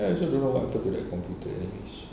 I also don't know what happened to that computer I use